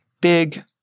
Big